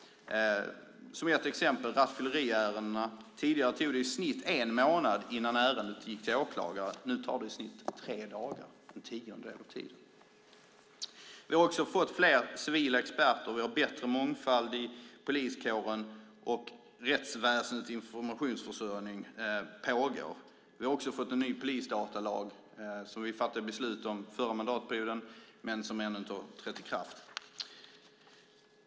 Ett exempel är rattfylleriärendena. Tidigare tog det i snitt en månad innan ärendet gick till åklagare. Nu tar det i snitt tre dagar, en tiondel av tiden. Vi har också fått fler civila experter, vi har bättre mångfald i poliskåren och rättsväsendets informationsförsörjning pågår. Vi har också fått en ny polisdatalag som vi fattade beslut om under den förra mandatperioden men som ännu inte har trätt i kraft.